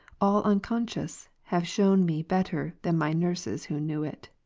all unconscious, have shewn me better than my nurses who knew it.